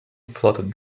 floated